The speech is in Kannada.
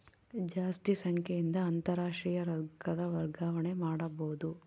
ಜಾಸ್ತಿ ಸಂಖ್ಯೆಯಿಂದ ಅಂತಾರಾಷ್ಟ್ರೀಯ ರೊಕ್ಕದ ವರ್ಗಾವಣೆ ಮಾಡಬೊದು